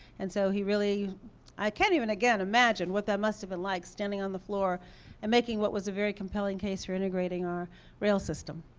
and so, he really i can't even, again, imagine what that must've been like, standing on the floor and making what was a very compelling case for integrating our rail system.